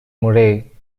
murray